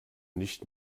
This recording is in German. nicht